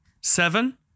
Seven